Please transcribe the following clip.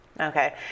Okay